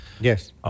Yes